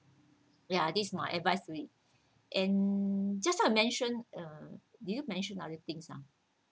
ya this my advice to it and just now you mentioned uh did you mentioned other things ah